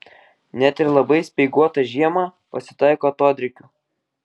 net ir labai speiguotą žiemą pasitaiko atodrėkių